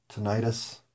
tinnitus